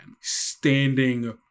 standing